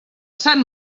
sant